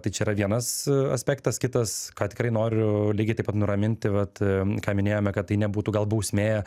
tai čia yra vienas aspektas kitas ką tikrai noriu lygiai taip pat nuraminti vat ką minėjome kad tai nebūtų gal bausmė